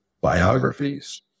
biographies